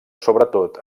sobretot